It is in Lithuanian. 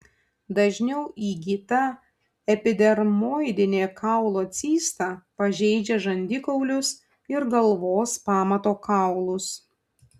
dažniau įgyta epidermoidinė kaulo cista pažeidžia žandikaulius ir galvos pamato kaulus